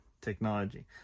technology